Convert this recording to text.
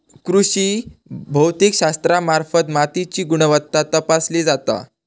कृषी भौतिकशास्त्रामार्फत मातीची गुणवत्ता तपासली जाता